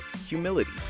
humility